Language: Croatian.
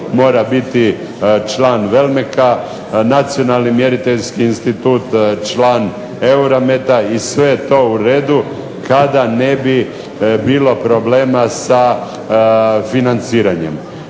mora biti član WELMEC-a, Nacionalni mjeriteljski institut član EURAMET-a i sve je to u redu kada ne bi bilo problema sa financiranjem.